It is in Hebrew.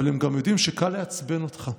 אבל הם גם יודעים שקל לעצבן אותך.